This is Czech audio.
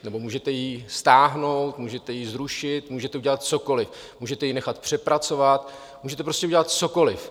nebo můžete ji stáhnout, můžete ji zrušit, můžete udělat cokoliv, můžete ji nechat přepracovat, můžete prostě udělat cokoliv.